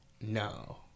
no